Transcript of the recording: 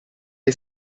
hai